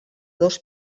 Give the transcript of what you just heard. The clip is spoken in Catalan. dos